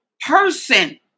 person